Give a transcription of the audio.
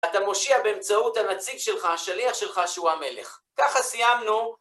אתה מושיע באמצעות הנציג שלך, השליח שלך, שהוא המלך. ככה סיימנו.